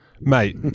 mate